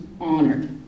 honored